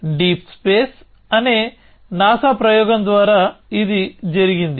deep space అనే NASA ప్రయోగం ద్వారా ఇది జరిగింది